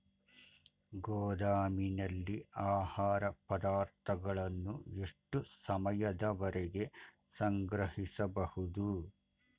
ಗೋದಾಮಿನಲ್ಲಿ ಆಹಾರ ಪದಾರ್ಥಗಳನ್ನು ಎಷ್ಟು ಸಮಯದವರೆಗೆ ಸಂಗ್ರಹಿಸಬಹುದು?